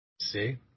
See